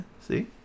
see